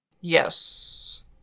Yes